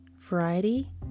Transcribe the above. variety